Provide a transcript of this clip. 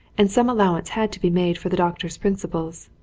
and some allow ance had to be made for the doctor's principles.